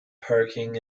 parking